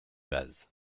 vases